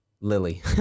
Lily